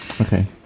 Okay